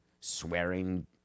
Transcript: swearing